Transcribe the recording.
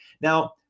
Now